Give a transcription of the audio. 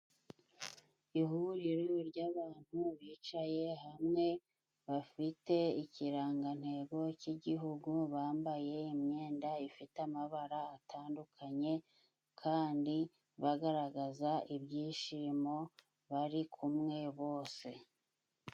Ihuriro ryabantu bicaye hamwe, bafite ikirangantego cy'Igihugu. Bambaye imyenda ifite amabara atandukanye kandi bagaragaza ibyishimo bari kumwe bose.